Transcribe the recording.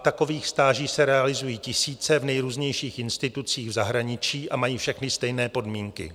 Takových stáží se realizují tisíce v nejrůznějších institucích v zahraničí a mají všechny stejné podmínky.